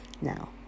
Now